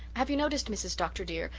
have you noticed, mrs. dr. dear,